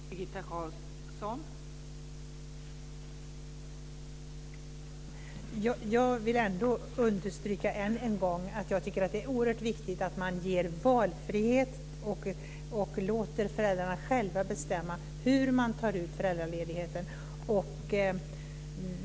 Fru talman! Jag vill ändå än en gång understryka att jag tycker att det är oerhört viktigt att man ger valfrihet och låter föräldrarna själva bestämma hur de tar ut föräldraledigheten.